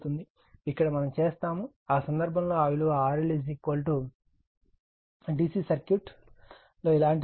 అక్కడ మనం చేస్తాము ఆ సందర్భంలో ఆ విలువ RL DC సర్క్యూట్ ఇలాంటిదే